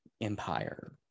empire